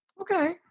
Okay